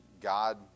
God